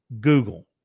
Google